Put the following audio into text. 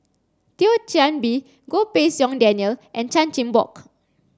Thio Chan Bee Goh Pei Siong Daniel and Chan Chin Bock